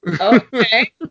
okay